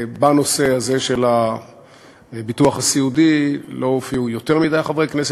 בנושא הזה של הביטוח הסיעודי לא הופיעו יותר מדי חברי כנסת,